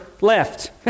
left